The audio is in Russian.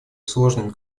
сложными